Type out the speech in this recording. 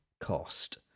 cost